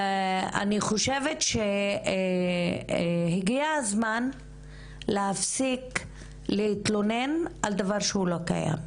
אני חושבת שהגיע הזמן להפסיק להתלונן על דבר שהוא לא קיים,